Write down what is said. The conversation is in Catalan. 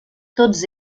tots